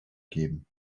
geben